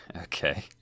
Okay